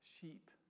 sheep